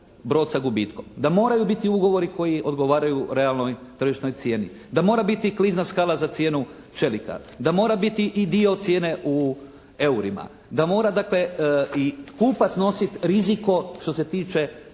brod sa gubitkom, da moraju biti ugovori koji odgovaraju realnoj tržišnoj cijeni, da mora biti klizna skala za cijenu čelika, da mora biti i dio cijene u eurima, da mora dakle i kupac snosit riziko što se tiče